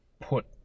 put